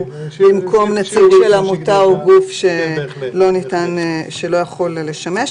במקום נציג של עמותה או גוף שלא יכול לשמש.